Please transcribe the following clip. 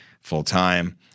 full-time